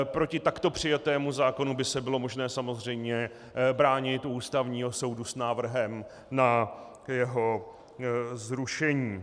Proti takto přijatému zákonu by se bylo možné samozřejmě bránit u Ústavního soudu s návrhem na jeho zrušení.